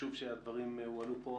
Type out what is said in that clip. חשוב שהדברים הועלו פה.